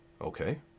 Okay